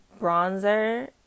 bronzer